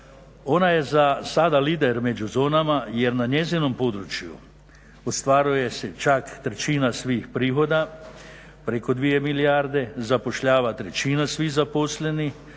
Ona je za sada lider među zonama jer na njezinom području ostvaruje se čak trećina svih prihoda, preko 2 milijarde, zapošljava trećina svih zaposlenih